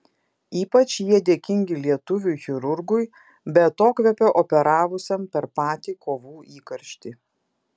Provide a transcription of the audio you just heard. ypač jie dėkingi lietuviui chirurgui be atokvėpio operavusiam per patį kovų įkarštį